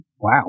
wow